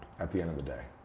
at the end of the day?